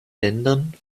ländern